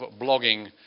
blogging